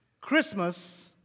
Christmas